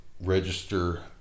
register